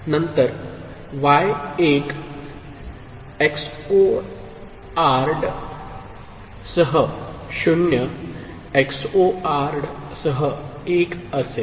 नंतर y 1 XORed सह 0 XORed सह 1 असेल